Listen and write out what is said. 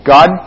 God